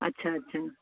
अछा अछा